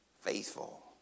faithful